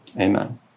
amen